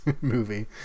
movie